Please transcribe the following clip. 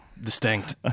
distinct